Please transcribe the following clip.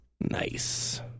Nice